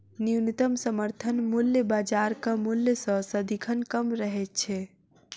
न्यूनतम समर्थन मूल्य बाजारक मूल्य सॅ सदिखन कम रहैत छै